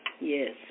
Yes